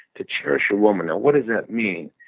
to cherish your woman. now, what does that mean?